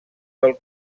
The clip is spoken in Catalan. del